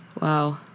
Wow